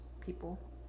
people